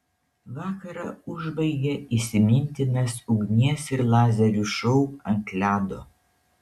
vakarą užbaigė įsimintinas ugnies ir lazerių šou ant ledo